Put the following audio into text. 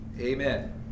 amen